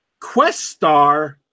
Questar